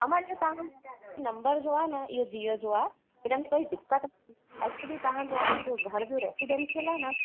अमां इहो तव्हां नंबर जो आहे न इहो जिओ जो आहे हिन में कोई दिक़त कान्हे एक्चुली तव्हांजो अमड़ि जो घर रेसिडेंशिअल आहे न